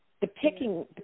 depicting